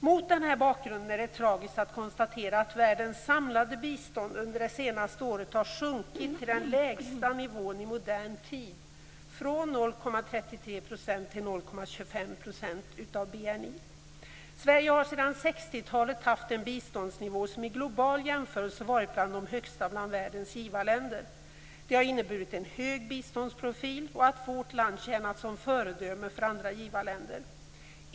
Mot denna bakgrund är det tragiskt att konstatera att världens samlade bistånd under det senaste året har sjunkit till den lägsta nivån i modern tid, från 0,33 % Sverige har sedan 60-talet haft en biståndsnivå som i global jämförelse varit bland de högsta bland världens givarländer. Det har inneburit en hög biståndsprofil och att vårt land tjänat som föredöme för andra givarländer.